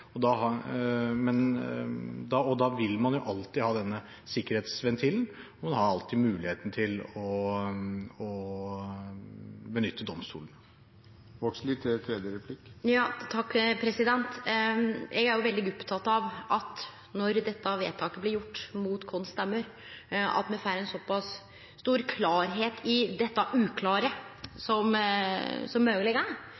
og da vil man alltid ha denne sikkerhetsventilen. Man har alltid muligheten til å benytte domstolen. Eg er òg veldig oppteken av, når no dette vedtaket blir gjort mot stemmene våre, at me får ein såpass stor klarleik i dette uklare